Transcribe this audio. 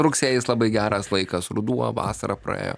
rugsėjis labai geras laikas ruduo vasara praėjo